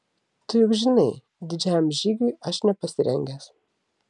tu juk žinai didžiajam žygiui aš nepasirengęs